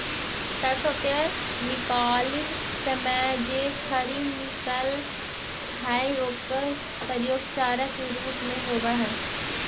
सरसो तेल निकालित समय जे खरी निकलऽ हइ ओकर प्रयोग चारा के रूप में होवऽ हइ